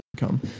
income